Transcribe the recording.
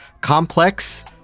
complex